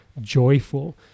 joyful